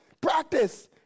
Practice